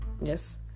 Yes